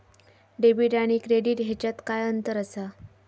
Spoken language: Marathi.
डेबिट आणि क्रेडिट ह्याच्यात काय अंतर असा?